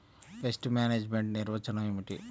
Pest management నిర్వచనం ఏమిటి?